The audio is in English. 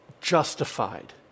justified